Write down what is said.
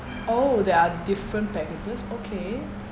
oh there are different packages okay